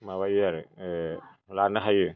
माबायो आरो लानो हायो